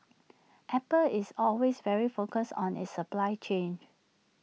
Apple is always very focused on its supply chain